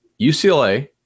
UCLA